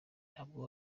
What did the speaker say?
ntabwo